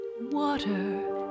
water